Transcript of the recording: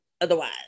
otherwise